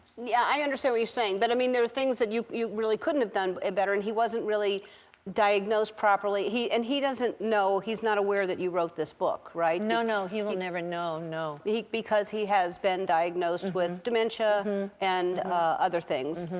yeah i understand you're saying. but i mean, there are things that you you really couldn't have done better. and he wasn't really diagnosed properly. and he doesn't know he's not aware that you wrote this book, right? no, no, he will never know, no. like because he has been diagnosed with dementia and other things.